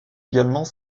également